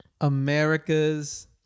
America's